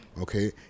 Okay